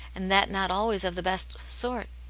and that not always of the best sort.